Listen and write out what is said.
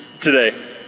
today